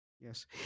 Yes